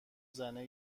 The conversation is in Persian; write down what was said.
زنه